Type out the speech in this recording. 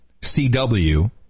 CW